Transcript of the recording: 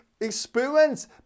Experience